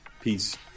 Peace